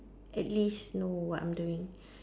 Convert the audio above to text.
at least know what I'm doing